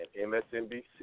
MSNBC